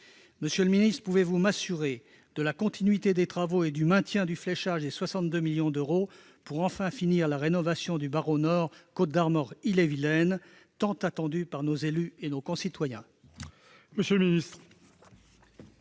Monsieur le secrétaire d'État, pouvez-vous m'assurer de la continuité des travaux et du maintien du fléchage des 62 millions d'euros, pour, enfin, finir la rénovation du barreau nord Côtes-d'Armor-Ille-et-Vilaine, tant attendu par les élus et nos concitoyens ?